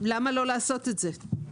למה לו לעשות את זה?